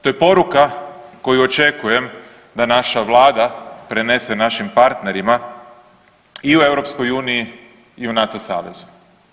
To je poruka koju očekujem da naša Vlada prenese našim partnerima i u EU i u NATO savezu.